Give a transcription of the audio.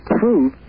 prove